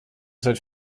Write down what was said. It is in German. seit